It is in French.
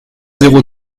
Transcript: zéro